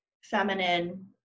feminine